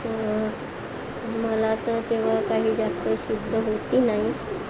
मला तर तेव्हा काही जास्त शुद्ध होती नाही